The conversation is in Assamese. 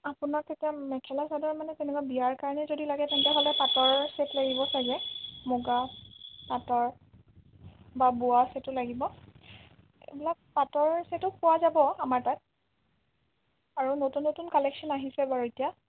আপোনাক এতিয়া মেখেলা চাদৰ মানে কেনেকুৱা বিয়াৰ কাৰনে যদি লাগে তেন্তে পাটৰ চেট লাগিব চাগে মুগা পাটৰ বা বোৱা চেটো লাগিব এইবিলাক পাটৰ চেটো পোৱা যাব আমাৰ তাত আৰু নতুন নতুন কালেকচন আহিছে বাৰু এতিয়া